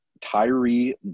Tyree